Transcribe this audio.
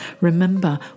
Remember